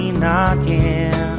knocking